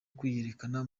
kwiyerekana